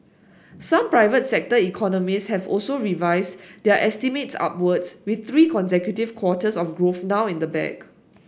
some private sector economists have also revised their estimates upwards with three consecutive quarters of growth now in the bag